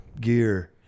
gear